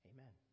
Amen